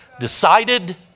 decided